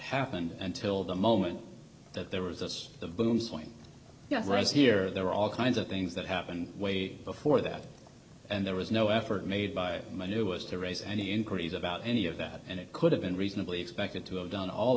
happened until the moment that there was as the booms point yes reza here there are all kinds of things that happened way before that and there was no effort made by the new was to raise any inquiries about any of that and it could have been reasonably expected to have done all